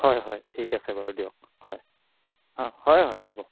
হয় হয় ঠিক আছে বাৰু দিয়ক হয় অঁ হয় হয় হ'ব